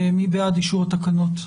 מי בעד אישור התקנות?